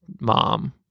mom